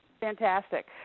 Fantastic